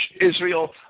Israel